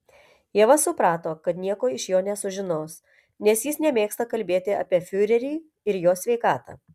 ieva suprato kad nieko iš jo nesužinos nes jis nemėgsta kalbėti apie fiurerį ir jo sveikatą